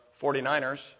49ers